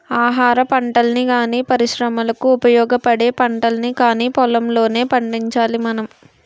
ఆహారపంటల్ని గానీ, పరిశ్రమలకు ఉపయోగపడే పంటల్ని కానీ పొలంలోనే పండించాలి మనం